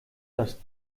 das